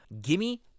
Gimme